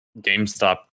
GameStop